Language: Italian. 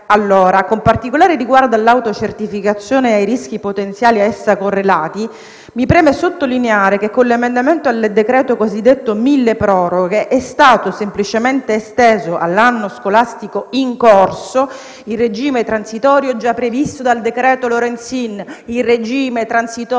Con particolare riguardo all'autocertificazione e ai rischi potenziali ad essa correlati, mi preme sottolineare che con l'emendamento al decreto-legge milleproroghe è stato semplicemente esteso all'anno scolastico in corso il regime transitorio già previsto dal decreto-legge Lorenzin, lo ripeto: il regime transitorio